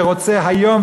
ורוצה היום,